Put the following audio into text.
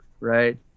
right